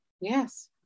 Yes